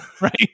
right